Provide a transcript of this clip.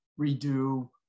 redo